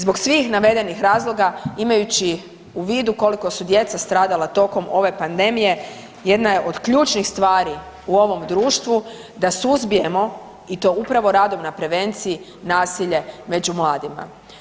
Zbog svih navedenih razloga imajući u vidu koliko su djeca stradala tokom ove pandemije jedna je od ključnih stvari u ovom društvu da suzbijemo i to upravo radom na prevenciji nasilje među mladima.